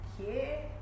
okay